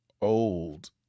old